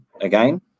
again